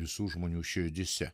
visų žmonių širdyse